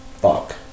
Fuck